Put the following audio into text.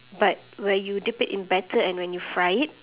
but where you dip it in batter and when you fry it